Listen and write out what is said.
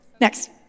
Next